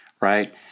Right